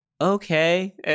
okay